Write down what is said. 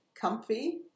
comfy